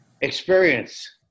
experience